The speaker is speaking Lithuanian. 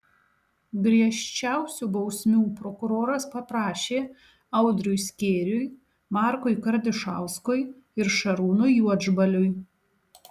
griežčiausių bausmių prokuroras paprašė audriui skėriui markui kardišauskui ir šarūnui juodžbaliui